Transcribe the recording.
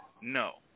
No